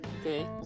Okay